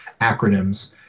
acronyms